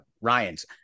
ryan's